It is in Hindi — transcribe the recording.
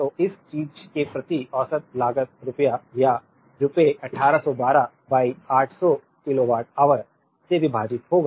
तो इस चीज़ के प्रति औसत लागत रुपया या रुपये 1812 by 800 किलोवाट ऑवर से विभाजित होगा